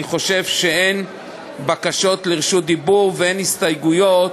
אני חושב שאין בקשות לרשות דיבור ואין הסתייגויות,